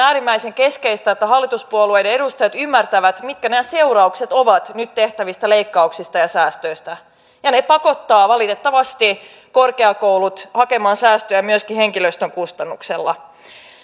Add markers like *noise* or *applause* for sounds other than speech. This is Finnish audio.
*unintelligible* äärimmäisen keskeistä että hallituspuolueiden edustajat ymmärtävät mitkä nämä seuraukset ovat nyt tehtävistä leikkauksista ja säästöistä ne pakottavat valitettavasti korkeakoulut hakemaan säästöjä myöskin henkilöstön kustannuksella